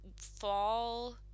Fall